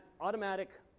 automatic